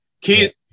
kids